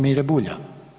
Mire Bulja.